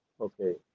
okay